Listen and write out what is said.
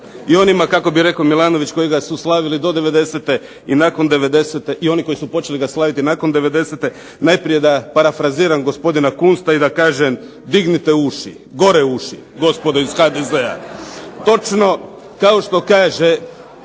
i onima kako bi rekao MIlanović, koji ga su slavili do 90. i nakon 90. i oni koji su počeli ga slaviti nakon 90., prvo da parafraziram gospodina Kunsta i da kažem dignite uši, gore uši gospodo iz HDZ-a.